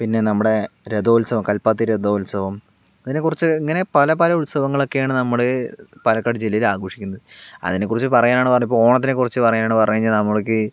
പിന്നെ നമ്മുടെ രഥോത്സവം കൽപ്പാത്തി രഥോത്സവം അതിനെ കുറിച്ച് ഇങ്ങനെ പല പല ഉത്സവങ്ങളൊക്കെയാണ് നമ്മള് പാലക്കാട് ജില്ലയിൽ ആഘോഷിക്കുന്നത് അതിനെക്കുറിച്ച് പറയാണെന്ന് പറഞ്ഞാൽ ഇപ്പോൾ ഓണത്തിനെക്കുറിച്ച് പറയാണ് പറഞ്ഞു കഴിഞ്ഞാൽ നമ്മൾക്ക്